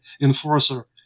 enforcer